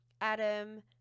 Adam